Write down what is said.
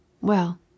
Well